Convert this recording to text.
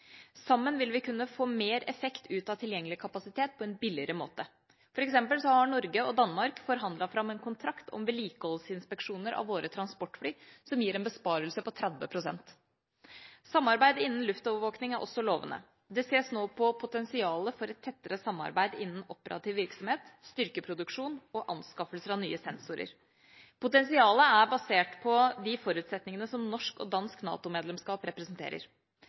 Sammen vil vi kunne få mer effekt ut av tilgjengelig kapasitet på en billigere måte. For eksempel har Norge og Danmark forhandlet fram en kontrakt om vedlikeholdsinspeksjoner av våre transportfly som gir en besparelse på 30 pst. Samarbeid innen luftovervåkning er også lovende. Det ses nå på potensialet for et tettere samarbeid innen operativ virksomhet, styrkeproduksjon og anskaffelser av nye sensorer. Potensialet er basert på de forutsetningene som norsk og dansk NATO-medlemskap representerer.